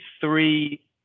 three